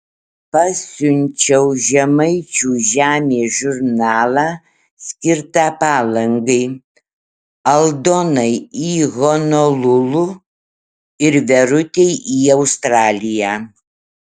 pasiunčiau žemaičių žemės žurnalą skirtą palangai aldonai į honolulu ir verutei į australiją